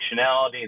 functionality